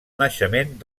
naixement